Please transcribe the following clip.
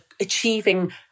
achieving